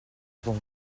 avant